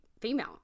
female